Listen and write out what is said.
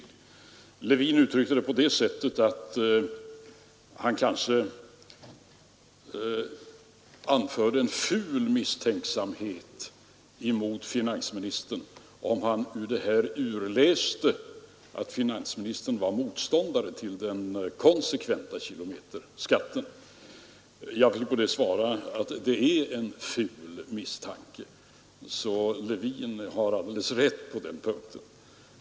Herr Levin uttryckte att han kanske anförde en ful misstänksamhet emot finansministern om han ur det här läste ut att finansministern var motståndare till den konsekventa kilometerskatten. Jag vill på det svara att det är en ful misstanke, så herr Levin har alldeles rätt på den punkten.